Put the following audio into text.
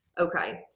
okay.